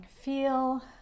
Feel